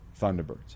Thunderbirds